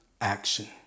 action